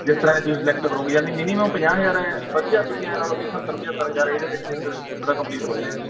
ਜਿਸ ਤਰ੍ਹਾਂ ਦੇ ਤੁਸੀਂ ਸਲੈਕਟ ਕਰੋਗੇ ਯਾਨੀ ਮਿਨੀਮਮ ਪੰਜਾਹ ਹਜ਼ਾਰ ਹੈ ਵਧੀਆ ਤੁਸੀਂ ਐਂ ਲਾ ਲਓ ਸੱਤਰ ਪੰਝੱਤਰ ਹਜ਼ਾਰ ਇਹਦੇ ਵਿੱਚ ਵਿੱਚ ਤੁਹਾਡਾ ਕੰਪਲੀਟ ਹੋ ਜਾਣਾ ਜੀ